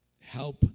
help